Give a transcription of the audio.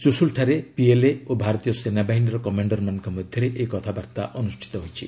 ଚୁଶୁଲଠାରେ PLA ଓ ଭାରତୀୟ ସେନାବାହିନୀର କମାଶ୍ଡରମାନଙ୍କ ମଧ୍ୟରେ ଏହି କଥାବାର୍ତ୍ତା ଅନୁଷ୍ଠିତ ହୋଇଛି